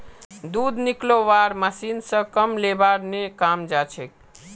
दूध निकलौव्वार मशीन स कम लेबर ने काम हैं जाछेक